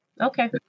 Okay